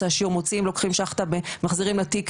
השיעור מוציאים לוקחים שאכטה ומחזירים לתיק.